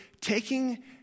taking